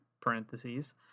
parentheses